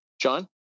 John